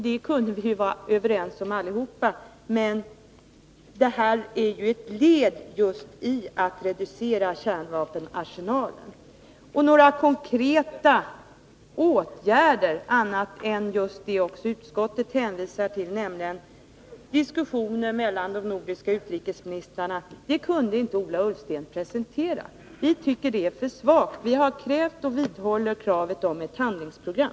Det kunde vi vara överens om allihop, men en kärnvapenfri zon är ju ett led i en reducering av kärnvapenarsenalen. Några konkreta åtgärder annat än de som också utskottet hänvisar till, nämligen diskussioner mellan de nordiska utrikesministrarna, kunde Ola Ullsten inte presentera. Vi tycker att det är för svagt. Vi har rest och vidhåller kravet om ett handlingsprogram.